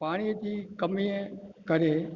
पाणीअ जी कमीअ करे